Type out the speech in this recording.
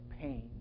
pain